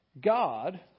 God